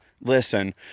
listen